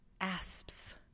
Asps